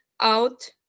out